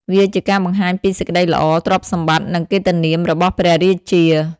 វាជាការបង្ហាញពីសេចក្តីល្អ ទ្រព្យសម្បត្តិ និងកិត្តិនាមរបស់ព្រះរាជា។